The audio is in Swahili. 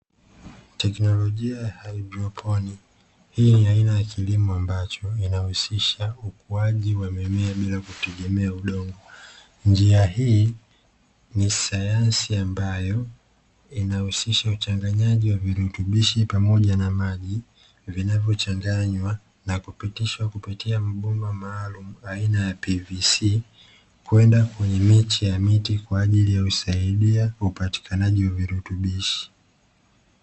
Teknolojia ya haidroponi. Hii ni aina ya kilimo ambacho kinahusisha ukuaji wa mimea bila kutegemea udongo. Njia hii ni sayansi ambayo inahusisha uchanganyaji wa virutubishi, pamoja na maji, vinavyochanganywa na kupitishwa kupitia mabomba maalumu aina ya PVC kwenda kwenye miche ya miti kwa ajili ya kusaidia upatikanaji wa virutubishi.